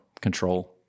control